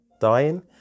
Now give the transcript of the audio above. dying